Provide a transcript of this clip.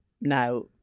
now